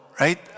right